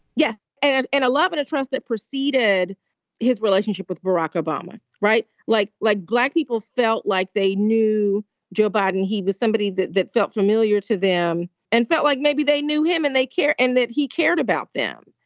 yeah and and a love and trust that preceded his relationship with barack obama. right. like like black people felt like they knew joe biden. he was somebody that that felt familiar to them and felt like maybe they knew him and they care and that he cared about them.